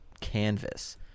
canvas